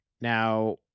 Now